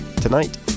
Tonight